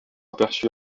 aperçu